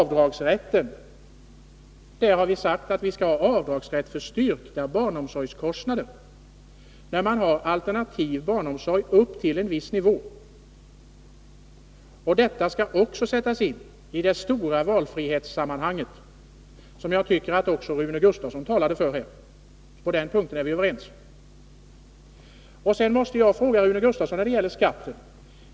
Vi har sagt att vi skall ha avdragsrätt för styrkta barnomsorgskostnader med en alternativ barnomsorg upp till en viss nivå. Detta skall också sättas in i det stora valfrihetssammanhanget, som jag tycker att också Rune Gustavsson talade för. På den punkten är vi överens. Sedan måste jag fråga Rune Gustavsson en sak när det gäller skatten.